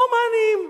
הומנים,